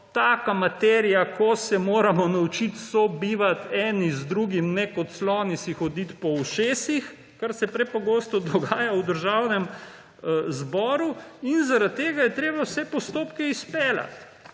taka materija, ko se moramo naučiti sobivati eden z drugim, ne kot sloni si hoditi po ušesih, kar se prepogosto dogaja v Državnem zboru; in zaradi tega je treba vse postopke izpeljati.